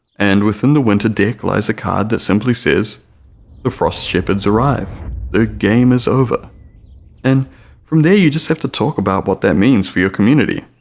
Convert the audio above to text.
and within the winter deck lies a card that simply says the frost shepherds arrive the game is over and from there you just have to talk about what that means for your community.